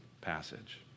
passage